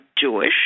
Jewish